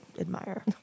admire